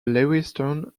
lewistown